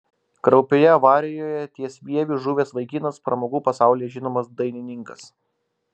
kraupioje avarijoje ties vieviu žuvęs vaikinas pramogų pasaulyje žinomas dainininkas